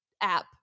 app